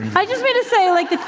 i just mean to say, like,